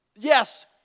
Yes